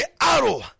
arrow